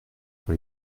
pour